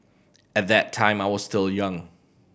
at that time I was still young